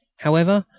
however,